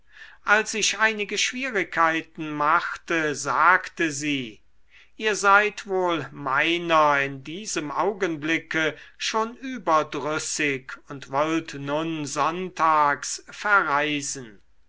als ich einige schwierigkeiten machte sagte sie ihr seid wohl meiner in diesem augenblicke schon überdrüssig und wollt nun sonntags verreisen